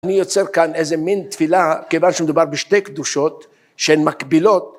‫אני יוצר כאן איזה מין תפילה, ‫כיוון שמדובר בשתי קדושות שהן מקבילות.